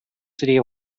city